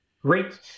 Great